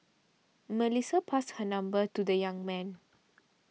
Melissa passed her number to the young man